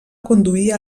conduir